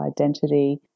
identity